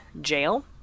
jail